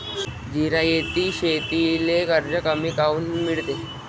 जिरायती शेतीले कर्ज कमी काऊन मिळते?